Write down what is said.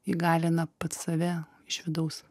įgalina pats save iš vidaus